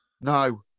No